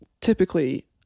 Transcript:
typically